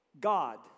God